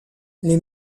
les